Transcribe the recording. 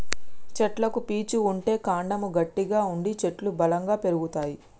చెట్లకు పీచు ఉంటే కాండము గట్టిగా ఉండి చెట్లు బలంగా పెరుగుతాయి